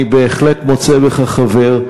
אני בהחלט מוצא בך חבר.